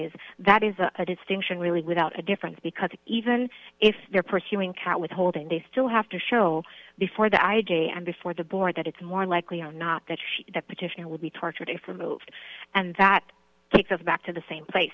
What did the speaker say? is that is a distinction really without a difference because even if they're pursuing cat withholding they still have to show before the i j and before the board that it's more likely are not that she that petition would be tortured if we moved and that takes us back to the same place